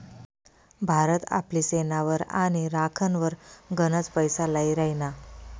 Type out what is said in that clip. भारत आपली सेनावर आणि राखनवर गनच पैसा लाई राहिना